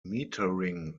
metering